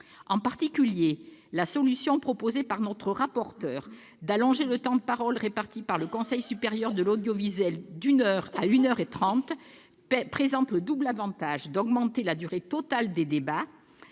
En particulier, la solution proposée par notre rapporteur d'allonger le temps de parole réparti par le Conseil supérieur de l'audiovisuel d'une heure à une heure trente présente le double avantage d'augmenter la durée totale des débats